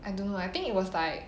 I don't know I think it was like